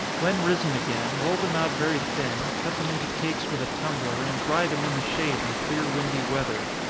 when risen again, roll them out very thin, cut them into cakes with a tumbler, and dry them in the shade in clear windy weather.